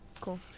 Cool